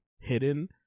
hidden